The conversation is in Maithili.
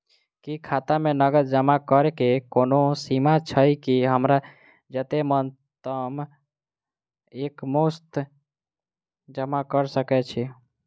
की खाता मे नगद जमा करऽ कऽ कोनो सीमा छई, की हमरा जत्ते मन हम एक मुस्त जमा कऽ सकय छी?